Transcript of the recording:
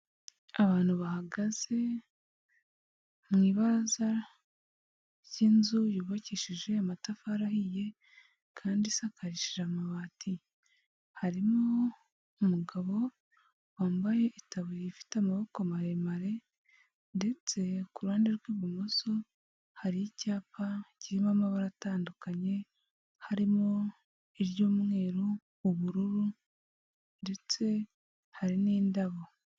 Abantu bahagaze mu ibaraza ry'inzu yubakishije amatafari ahiye kandi isakarishije amabati. Harimo umugabo wambaye itaburiya ifite amaboko maremare ndetse ku ruhande rw'ibumoso, hari icyapa kirimo amabara atandukanye harimo iry'umweru, ubururu ndetse hari n'indabo.